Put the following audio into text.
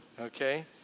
okay